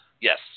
Yes